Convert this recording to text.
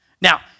Now